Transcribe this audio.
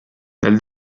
nel